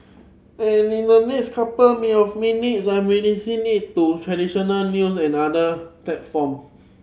and in the next couple me of minutes I'm releasing it to traditional news and other platform